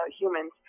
humans